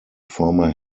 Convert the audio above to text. former